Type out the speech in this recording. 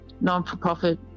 non-for-profit